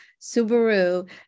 Subaru